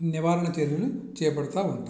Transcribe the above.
నివారణ చర్యలు చేపడుతూ ఉంటాము